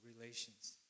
relations